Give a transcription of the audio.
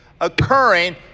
occurring